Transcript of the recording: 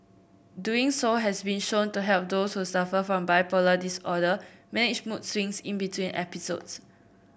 doing so has been shown to help those who suffer from bipolar disorder manage mood swings in between episodes